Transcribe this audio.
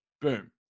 Boom